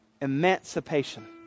emancipation